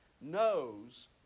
knows